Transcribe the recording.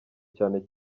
cyane